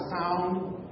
sound